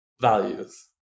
values